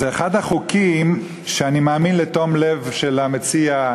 זה אחד החוקים שלגביהם אני מאמין בתום הלב של המציע,